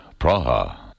Praha